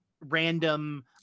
random